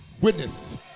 witness